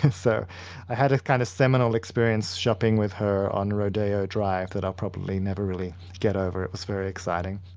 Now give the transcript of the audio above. so i had a kind of seminal experience shopping with her on rodeo drive that i'll probably never really get over it was very exciting